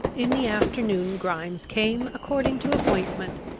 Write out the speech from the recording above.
in the afternoon grimes came according to appointment,